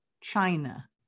china